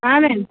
हाँ मैम